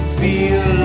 feel